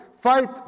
Fight